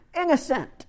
innocent